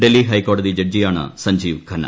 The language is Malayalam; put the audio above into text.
ഡൽഹി ഹൈക്കോടതി ജഡ്ജിയാണ് സഞ്ജീവ് ഖന്ന